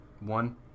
One